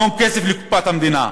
המון כסף לקופת המדינה.